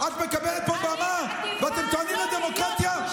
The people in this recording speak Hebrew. נרצחו, תגידי, ב-7 באוקטובר?